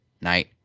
night